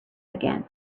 again